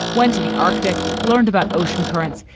went to the arctic, learned about ocean currents.